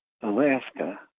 Alaska